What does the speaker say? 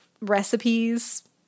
recipes